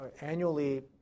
Annually